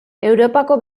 europako